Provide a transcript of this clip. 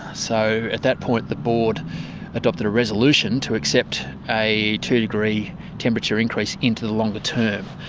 ah so at that point the board adopted a resolution to accept a two-degree temperature increase into the longer term.